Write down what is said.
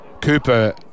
Cooper